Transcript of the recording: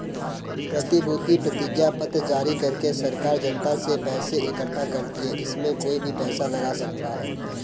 प्रतिभूति प्रतिज्ञापत्र जारी करके सरकार जनता से पैसा इकठ्ठा करती है, इसमें कोई भी पैसा लगा सकता है